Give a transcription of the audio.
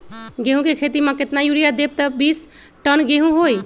गेंहू क खेती म केतना यूरिया देब त बिस टन गेहूं होई?